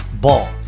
Ball